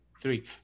three